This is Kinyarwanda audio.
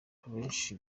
abenshi